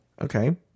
okay